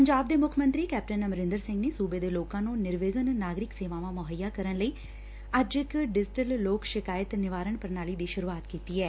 ਪੰਜਾਬ ਦੇ ਮੁੱਖ ਮੰਤਰੀ ਕੈਪਟਨ ਅਮਰਿੰਦਰ ਸਿੰਘ ਨੇ ਸੁਬੇ ਦੇ ਲੋਕਾਂ ਨੂੰ ਨਿਰਵਿਘਨ ਨਾਗਰਿਕ ਸੇਵਾਵਾਂ ਮੁਹੱਈਆ ਕਰਨ ਲਈ ਅੱਜ ਇਕ ਡਿਜੀਟਲ ਲੋਕ ਸ਼ਿਕਾਇਤ ਨਿਵਾਰਨ ਪ੍ਰਣਾਲੀ ਦੀ ਸੁਰੂਆਤ ਕੀਤੀ ਏ